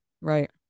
Right